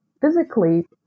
physically